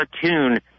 cartoon